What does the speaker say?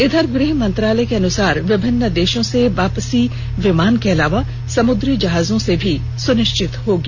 इधर गृह मंत्रालय के अनुसार विभिन्न देषों से वापसी विमान के अलावा समुद्री जहाजों से सुनिष्चित होगी